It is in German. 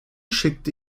schickte